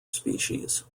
species